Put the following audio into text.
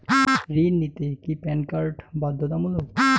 ঋণ নিতে কি প্যান কার্ড বাধ্যতামূলক?